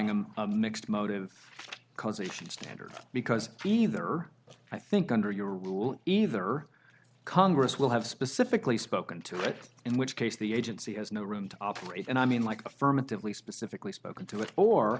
specifying a mixed motive causation standard because either i think under your rule either congress will have specifically spoken to it in which case the agency has no room to operate and i mean like affirmatively specifically spoken to